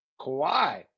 Kawhi